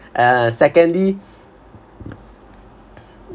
and secondly